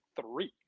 three